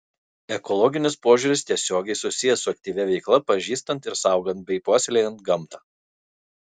ekologinis požiūris tiesiogiai susijęs su aktyvia veikla pažįstant ir saugant bei puoselėjant gamtą